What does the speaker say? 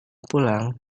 pulang